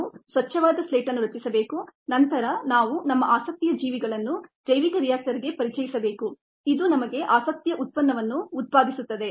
ನಾವು ಸ್ವಚವಾದ ಸ್ಲೇಟ್ ಅನ್ನು ರಚಿಸಬೇಕು ನಂತರ ನಾವು ನಮ್ಮ ಆಸಕ್ತಿಯ ಜೀವಿಗಳನ್ನು ಜೈವಿಕ ರಿಯಾಕ್ಟರ್ ಗೆ ಪರಿಚಯಿಸಬೇಕು ಇದು ನಮಗೆ ಆಸಕ್ತಿಯ ಉತ್ಪನ್ನವನ್ನು ಉತ್ಪಾದಿಸುತ್ತದೆ